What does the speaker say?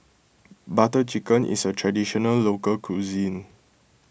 Butter Chicken is a Traditional Local Cuisine